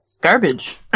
garbage